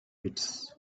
pits